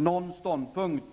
Någon ståndpunkt